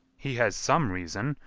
he has some reason,